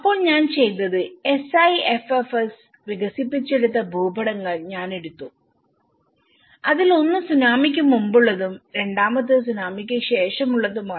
അപ്പോൾ ഞാൻ ചെയ്തത് SIFFs വികസിപ്പിച്ചെടുത്ത ഭൂപടങ്ങൾ എടുത്തു അതിൽ ഒന്ന് സുനാമിക്ക് മുമ്പുള്ളതും രണ്ടാമത്തേത് സുനാമിക്ക് ശേഷമുള്ളതാണ്